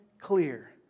clear